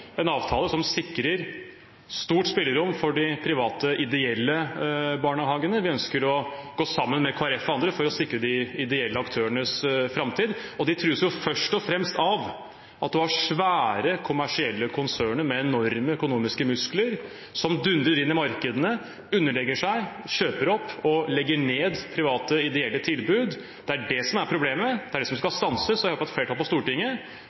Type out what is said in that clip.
en avtale som sikrer stort spillerom for de private ideelle barnehagene. Vi ønsker å gå sammen med Kristelig Folkeparti og andre for å sikre de ideelle aktørenes framtid. De trues først og fremst av at en har svære kommersielle konserner, med enorme økonomiske muskler, som dundrer inn i markedene, underlegger seg, kjøper opp og legger ned private ideelle tilbud. Det er det som er problemet, det er det som skal stanses, og jeg håper at et flertall på Stortinget